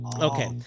Okay